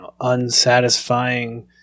unsatisfying